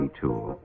tool